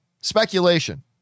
Speculation